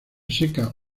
seca